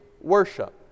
worship